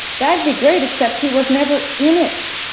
that'd be great except he was never in it.